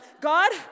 God